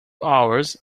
hours